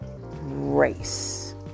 race